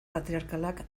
patriarkalak